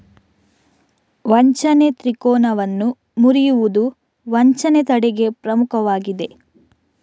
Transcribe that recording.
ವಂಚನೆ ತ್ರಿಕೋನವನ್ನು ಮುರಿಯುವುದು ವಂಚನೆ ತಡೆಗೆ ಪ್ರಮುಖವಾಗಿದೆ